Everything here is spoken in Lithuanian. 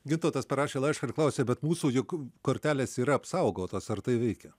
gintautas parašė laišką ir klausia bet mūsų juk kortelės yra apsaugotos ar tai veikia